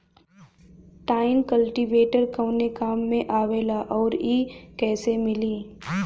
Tine cultivator कवने काम आवेला आउर इ कैसे मिली?